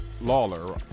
Lawler